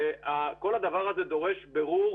כל הדבר הזה דורש בירור